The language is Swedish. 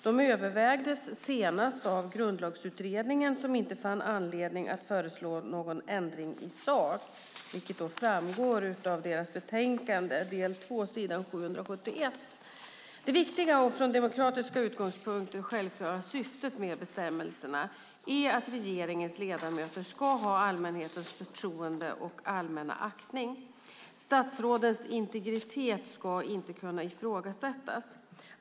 De övervägdes senast av Grundlagsutredningen, som inte fann anledning att föreslå någon ändring i sak, vilket framgår av deras betänkande SOU 2008:125, del 2, s. 771. Det viktiga och från demokratiska utgångspunkter självklara syftet med bestämmelserna är att regeringens ledamöter ska ha allmänhetens förtroende och allmänna aktning. Statsrådens integritet ska inte kunna ifrågasättas.